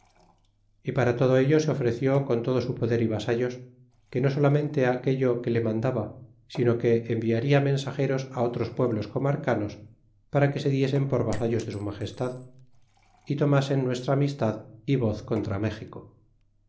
y para todo ello se ofreció con todo su poder y vasallos que no solamente aquello que le mandaba sino que enviaria mensageros otros pueblos comarcanos para que se diesen por vasallos de su magestad y tomasen muestra amistad y voz contra méxico